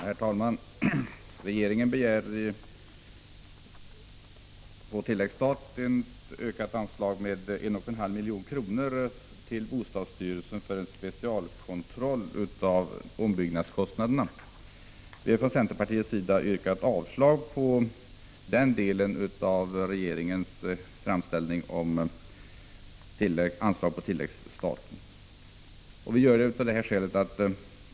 ombyggnadskostnader Herr talman! Regeringen begär på tilläggsstat ett ökat anslag med 1,5 milj.kr. till bostadsstyrelsen för en specialkontroll av ombyggnadskostnaderna. Från centerpartiets sida har vi yrkat avslag på denna del av regeringens framställning om anslag på tilläggsstaten.